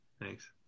Thanks